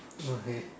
okay